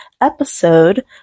episode